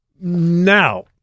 Now